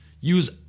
Use